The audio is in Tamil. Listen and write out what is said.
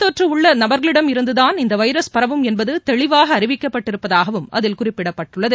தொற்றுஉள்ளநபர்களிடமிருந்துதான் இந்தவைரஸ் நோய் பரவும் என்பதுதெளிவாகஅறிவிக்கப்பட்டிருப்பதாகவும் அதில் குறிப்பிடப்பட்டுள்ளது